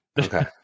Okay